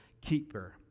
keeper